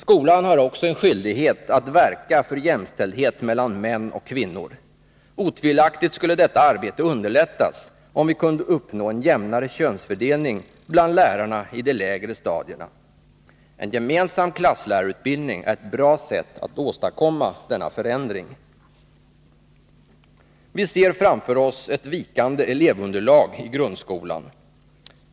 Skolan har också en skyldighet att verka för jämställdhet mellan män och kvinnor. Otvivelaktigt skulle detta arbete underlättas, om vi kunde uppnå en jämnare könsfördelning bland lärarna i de lägre stadierna. En gemensam klasslärarutbildning är ett bra sätt att åstadkomma denna förändring. Vi ser framför oss ett vikande elevunderlag i grundskolan.